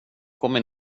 kommer